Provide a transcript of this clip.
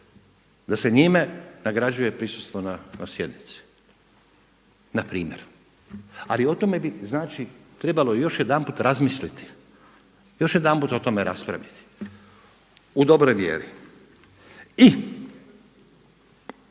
da se njime nagrađuje prisustvo na sjednici na primjer. Ali o tome bi znači trebalo još jedanput razmisliti, još jedanput o tome raspraviti u dobroj vjeri. I